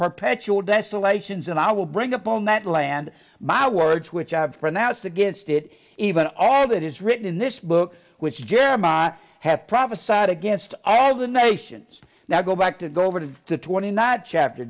perpetual desolations and i will bring upon that land my words which i have pronounced against it even all that is written in this book which jeremiah have prophesied against all the nations now go back to go over to the twenty not chapter